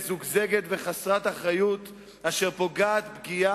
מזוגזגת וחסרת אחריות אשר פוגעת פגיעה